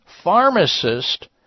pharmacist